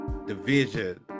division